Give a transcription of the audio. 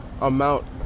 amount